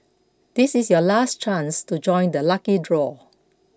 this is your last chance to join the lucky draw